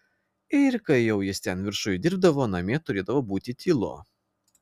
ir kai jau jis ten viršuj dirbdavo namie turėdavo būti tylu